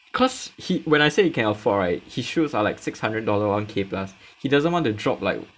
cause he when I said he can afford right his shoes are like six hundred dollar one K plus he doesn't want to drop like